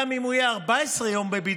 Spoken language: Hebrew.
גם אם הוא יהיה 14 יום בבידוד,